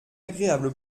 agréable